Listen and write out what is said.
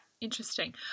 interesting